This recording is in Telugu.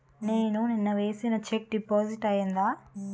నేను నిన్న వేసిన చెక్ డిపాజిట్ అయిందా?